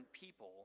people